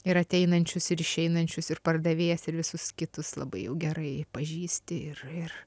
ir ateinančius ir išeinančius ir pardavėjas ir visus kitus labai jau gerai pažįsti ir ir